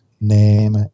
name